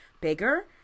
bigger